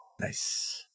Nice